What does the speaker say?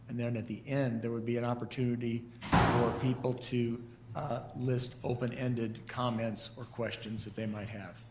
and then at the end there would be an opportunity for people to list open ended comments or questions that they might have.